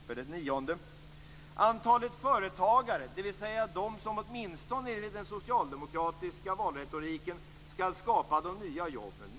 För det nionde minskar antalet företagare, dvs. de som åtminstone enligt den socialdemokratiska valretoriken skall skapa de nya jobben.